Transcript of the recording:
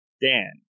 dan